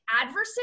adversary